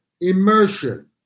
immersion